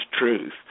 truth